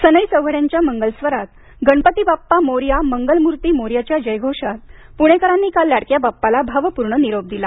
सनई चौघड्यांच्या मंगलस्वरात गणपती बाप्पा मोरयामंगलमूर्ती मोरयाच्या जयघोषात पूणेकरांनी काललाडक्या बाप्पाला भावपूर्ण निरोप दिला